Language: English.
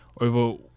over